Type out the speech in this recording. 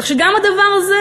כך שגם הדבר הזה,